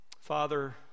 Father